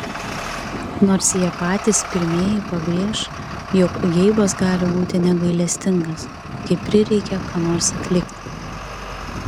nors jie patys pirmieji pabrėš jog geibas gali būti negailestingas kai prireikia ką nors atlikti